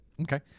Okay